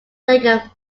lake